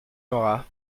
aura